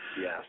Yes